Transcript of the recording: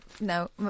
No